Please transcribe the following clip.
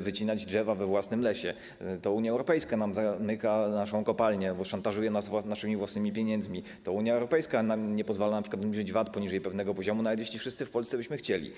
wycinać drzewa we własnym lesie, to Unia Europejska zamyka naszą kopalnię albo szantażuje nas naszymi własnymi pieniędzmi, to Unia Europejska nie pozwala nam np. obniżyć VAT-u poniżej pewnego poziomu, nawet jeśli wszyscy w Polsce byśmy tego chcieli.